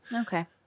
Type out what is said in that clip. Okay